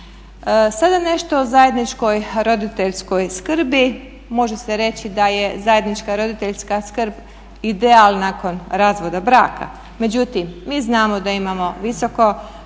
Sada nešto o zajedničkoj roditeljskoj skrbi, može se reći da je zajednička roditeljska skrb ideal nakon razvoda braka, međutim mi znamo da imamo visoko